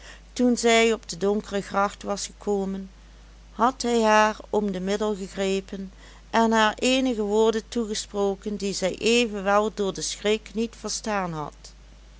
toen zij op de donkere gracht was gekomen had hij haar om de middel gegrepen en haar eenige woorden toegesproken die zij evenwel door den schrik niet verstaan had